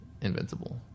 invincible